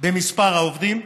במספר העובדים.